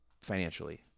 financially